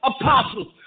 Apostles